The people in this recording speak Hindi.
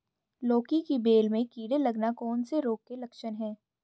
लौकी की बेल में कीड़े लगना कौन से रोग के लक्षण हैं?